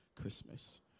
Christmas